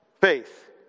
faith